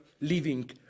living